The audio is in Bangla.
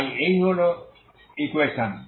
তাই এই হল এই হল ইকুয়েশন